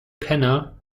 penner